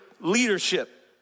leadership